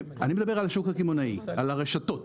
אני מדבר על השוק הקמעונאי, על הרשתות,